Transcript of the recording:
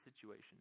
situation